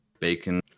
bacon